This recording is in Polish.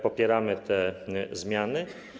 Popieramy te zmiany.